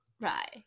Right